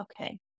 Okay